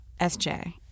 Sj